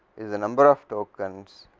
is the number of tokens